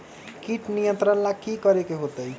किट नियंत्रण ला कि करे के होतइ?